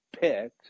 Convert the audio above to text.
picked